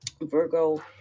Virgo